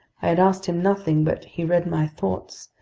i had asked him nothing, but he read my thoughts,